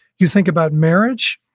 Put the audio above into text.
you think about marriage.